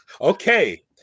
okay